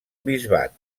bisbat